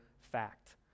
fact